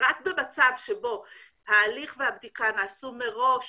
רק במצב שבו ההליך והבדיקה נעשו מראש